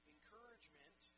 Encouragement